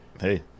Hey